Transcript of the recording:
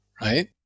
right